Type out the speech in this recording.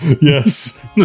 Yes